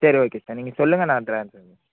சரி okay sir நீங்கள் சொல்லுங்கள் நான் ட்ரான்ஸ்ஃபர்